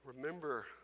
Remember